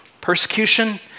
Persecution